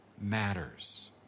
matters